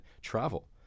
travel